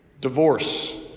Divorce